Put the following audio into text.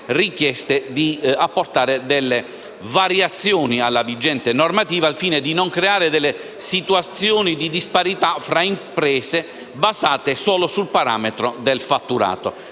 richieste di apportare variazioni alla vigente normativa, al fine di non creare situazioni di disparità fra imprese basate solo sul parametro del fatturato.